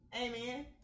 Amen